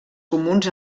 comuns